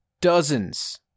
dozens